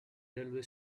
railway